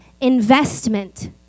investment